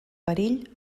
perill